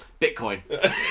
Bitcoin